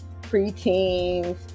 preteens